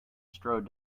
strode